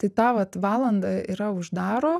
tai tą vat valandą yra uždaro